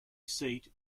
seat